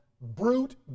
brute